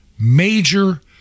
major